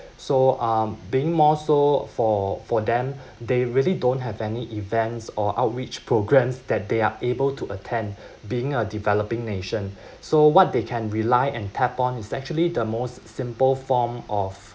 so um being more so for for them they really don't have any events or outreach programmes that they are able to attend being a developing nation so what they can rely and tap on is actually the most simple form of